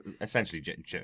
Essentially